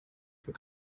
für